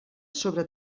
sobre